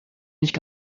nicht